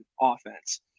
offense